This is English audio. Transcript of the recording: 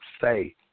say